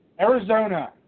Arizona